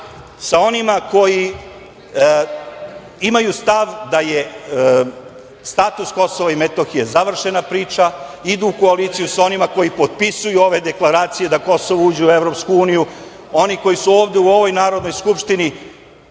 sa onima koji imaju stav da je status Kosova i Metohije završena priča, idu u koaliciju sa onima koji potpisuju ove deklaracije da Kosovo uđe u EU, oni koji su ovde u ovoj Narodnoj skupštini